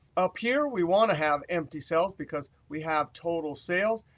up here, we want to have empty cells because we have total sales.